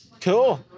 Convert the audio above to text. Cool